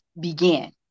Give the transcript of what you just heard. begin